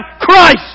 Christ